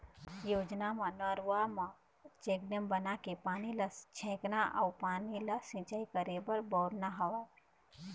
योजना म नरूवा म चेकडेम बनाके पानी ल छेकना अउ पानी ल सिंचाई करे बर बउरना हवय